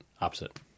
opposite